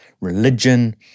religion